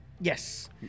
Yes